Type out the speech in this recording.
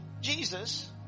Jesus